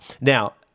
Now